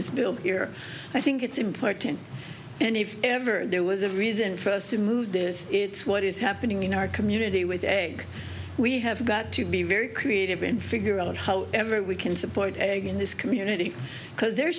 this bill here i think it's important and if ever there was a reason for us to move this it's what is happening in our community with a we have got to be very creative and figure out how ever we can support egg in this community because they're